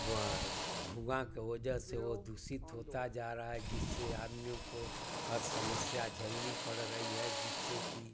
वह धुआँ के वजह से वह दूषित होता जा रहा है जिससे आदमियों को हर समस्या झेलनी पड़ रही है जिससे कि